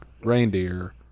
reindeer